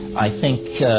i think,